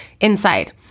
inside